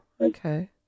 okay